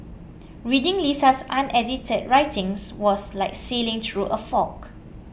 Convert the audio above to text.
reading Lisa's unedited writings was like sailing through a fog